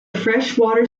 freshwater